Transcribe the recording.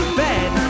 bed